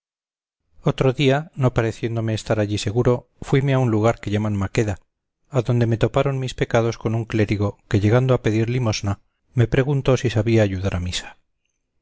otro día no pareciéndome estar allí seguro fuime a un lugar que llaman maqueda adonde me toparon mis pecados con un clérigo que llegando a pedir limosna me preguntó si sabía ayudar a misa